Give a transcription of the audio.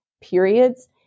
periods